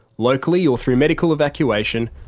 locally or through medical evacuation,